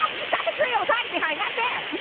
you shot the tree i was hiding behind. not fair,